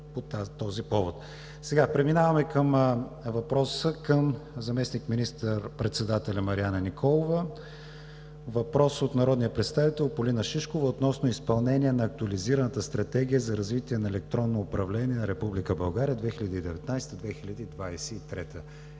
Преминаваме към въпроса към заместник министър-председателя Марияна Николова от народния представител Полина Шишкова относно изпълнение на Актуализираната стратегия за развитие на електронното управление на Република България 2019 – 2023 г.